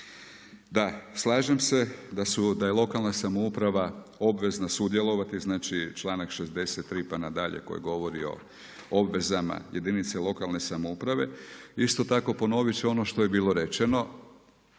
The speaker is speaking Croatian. Da, slažem se da je lokalna samouprava obvezna sudjelovati, znači članak 63. pa nadalje, koje govori o obvezama jedinica lokalne samouprave isto tako ponoviti ću ono što je bilo rečeno